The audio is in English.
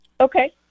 Okay